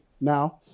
now